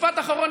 משפט אחרון.